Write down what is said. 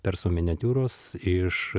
persų miniatiūros iš